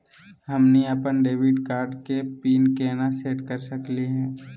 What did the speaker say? हमनी अपन debit card के पीन केना सेट कर सकली हे?